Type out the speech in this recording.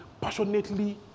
passionately